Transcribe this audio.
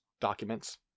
documents